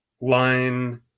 line